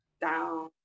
down